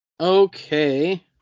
Okay